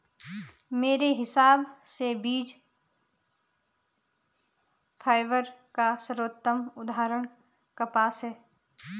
मेरे हिसाब से बीज फाइबर का सर्वोत्तम उदाहरण कपास है